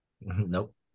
Nope